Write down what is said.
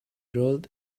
rolled